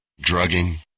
drugging